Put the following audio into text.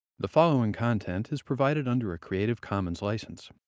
the following content is provided under a creative commons license.